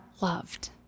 loved